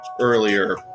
earlier